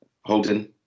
Holden